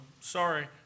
sorry